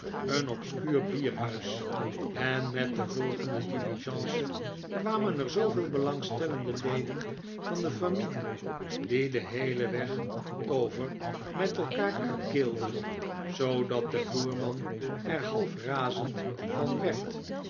een obscuur bierhuis en met de volgende diligence kwamen er zooveel belangstellende leden van de familie die den heelen weg over met elkaar krakeelden zoodat de voerman er half razend van werd